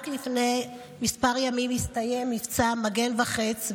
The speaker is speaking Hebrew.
רק לפני כמה ימים הסתיים מבצע מגן וחץ,